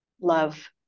Love